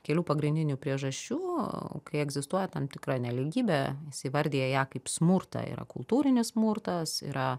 kelių pagrindinių priežasčių kai egzistuoja tam tikra nelygybė jis įvardija ją kaip smurtą yra kultūrinis smurtas yra